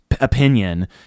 opinion